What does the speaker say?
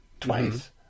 twice